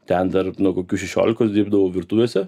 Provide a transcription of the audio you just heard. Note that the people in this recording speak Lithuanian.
ten dar nuo kokių šešiolikos dirbdavau virtuvėse